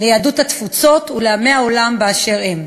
התפוצות ולעמי העולם באשר הם.